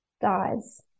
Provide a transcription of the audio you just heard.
dies